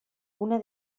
una